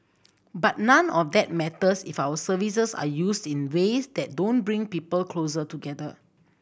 but none of that matters if our services are used in ways that don't bring people closer together